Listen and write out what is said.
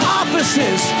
offices